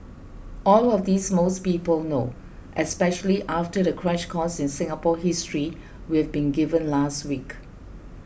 all of this most people know especially after the crash course in Singapore history we've been given last week